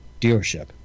dealership